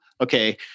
okay